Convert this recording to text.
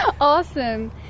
Awesome